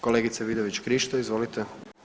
Kolegice Vidović Krišto, izvolite.